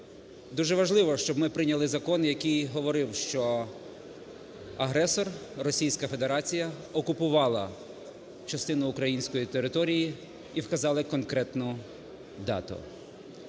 Дуже важливо, щоб ми прийняли закон, який говорив, що агресор – Російська Федерація, окупувала частину української території і вказали конкретну дату.